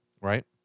right